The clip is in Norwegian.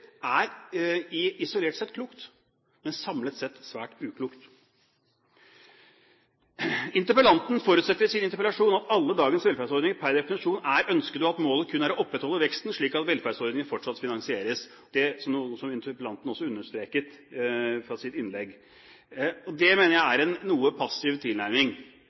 etablerer, er isolert sett klokt, men samlet sett svært uklokt. Interpellanten forutsetter i sin interpellasjon at alle dagens velferdsordninger per definisjon er ønsket, og at målet kun er å opprettholde veksten, slik at velferdsordningene fortsatt finansieres – noe som også interpellanten understreket i sitt innlegg. Det mener jeg er en noe passiv tilnærming.